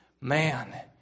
man